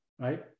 right